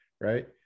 right